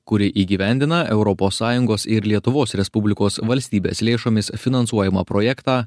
kuri įgyvendina europos sąjungos ir lietuvos respublikos valstybės lėšomis finansuojamą projektą